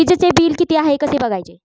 वीजचे बिल किती आहे कसे बघायचे?